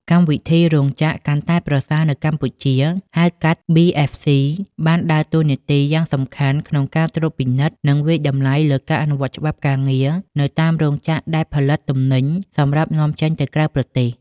កម្មវិធី "រោងចក្រកាន់តែប្រសើរនៅកម្ពុជា" ហៅកាត់ BFC បានដើរតួនាទីយ៉ាងសំខាន់ក្នុងការត្រួតពិនិត្យ និងវាយតម្លៃលើការអនុវត្តច្បាប់ការងារនៅតាមរោងចក្រដែលផលិតទំនិញសម្រាប់នាំចេញទៅក្រៅប្រទេស។